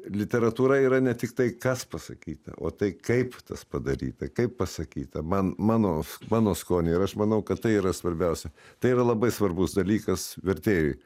literatūra yra ne tik tai kas pasakyta o tai kaip tas padaryta kaip pasakyta man mano mano skoniui ir aš manau kad tai yra svarbiausia tai yra labai svarbus dalykas vertėjui